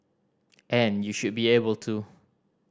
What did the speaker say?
and you should be able to